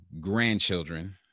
grandchildren